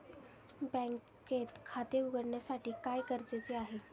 बँकेत खाते उघडण्यासाठी काय गरजेचे आहे?